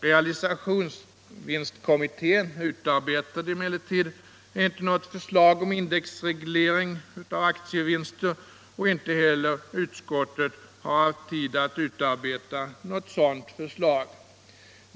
Realisationsvinstkommittén utarbetade emellertid inte något förslag om indexreglering av aktievinster, och inte heller utskottet har haft tid att utarbeta något sådant förslag.